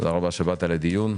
תודה רבה שבאת לדיון.